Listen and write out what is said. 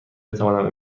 بتوانم